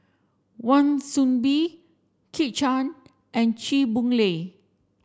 Wan Soon Bee Kit Chan and Chew Boon Lay